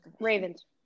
Ravens